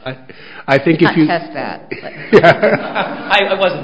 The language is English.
e i think that i wasn't